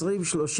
כחלק מהתנאים שלכם,